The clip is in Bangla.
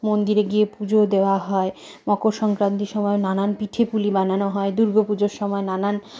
মন্দিরে গিয়ে পুজো দেওয়া হয় মকর সংক্রান্তির সময় নানান পিঠে পুলি বানানো হয় দুর্গোপুজোর সময় নানান